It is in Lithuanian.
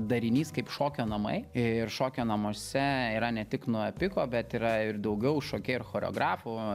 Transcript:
darinys kaip šokio namai i ir šokio namuose yra ne tik nuepiko bet yra ir daugiau šokėjų ir choreografų